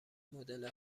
مدل